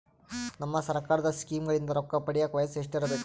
ನಮ್ಮ ಸರ್ಕಾರದ ಸ್ಕೀಮ್ಗಳಿಂದ ರೊಕ್ಕ ಪಡಿಯಕ ವಯಸ್ಸು ಎಷ್ಟಿರಬೇಕು?